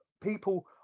people